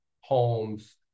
homes